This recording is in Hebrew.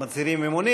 הם מצהירים אמונים,